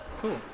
cool